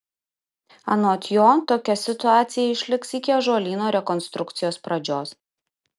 anot jo tokia situacija išliks iki ąžuolyno rekonstrukcijos pradžios